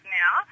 now